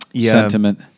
sentiment